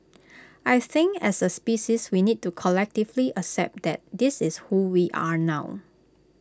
I think as A species we need to collectively accept that this is who we are now